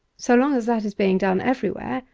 so long as that is being done everywhere,